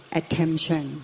attention